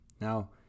Now